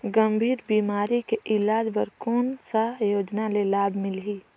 गंभीर बीमारी के इलाज बर कौन सा योजना ले लाभ मिलही?